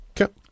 Okay